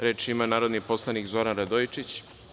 Reč ima narodni poslanik Zoran Radojčić.